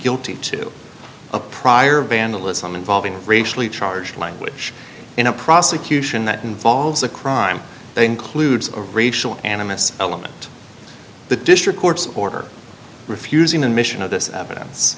guilty to a prior vandalism involving racially charged language in a prosecution that involves a crime they includes a racial animus element the district court's order refusing admission of this evidence